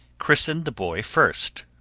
christen the boy first,